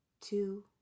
two